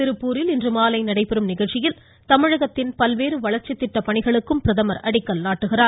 திருப்பூரில் இன்றுமாலை நடைபெறும் நிகழ்ச்சியில் தமிழகத்தின் பல்வேறு வளர்ச்சி திட்டப் பணிகளுக்கு பிரதமர் அடிக்கல் நாட்டுகிறார்